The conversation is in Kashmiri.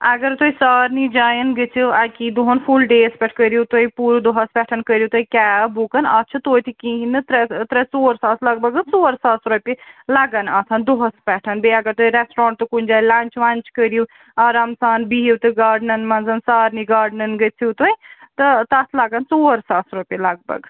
اگر تُہۍ سارنٕے جایَن گٔژھِو اَکی دۄہَن فُل ڈیَس پٮ۪ٹھ کٔرۍہیٖو تُہۍ پوٗرٕ دۄہَس پٮ۪ٹھ کٔرِو تُہۍ کیب بُک اَتھ چھِ توتہِ کِہیٖنٛۍ نہٕ ترٛےٚ ترٛےٚ ژور ساس لگ بگ حظ ژور ساس رۄپیہِ لگَان اَتھ دۄہَس پٮ۪ٹھ بیٚیہِ اگر تُہۍ ریسٹورنٛٹ تہٕ کُنہِ جایہِ لَنٛچ وَنٛچ کٔرِو آرام سان بِہِو تہِ گارڈن منٛز سارنٕے گارڈن گٔژھِو تُہۍ تہٕ تَتھ لَگَان ژور ساس رۄپیہِ لگ بگ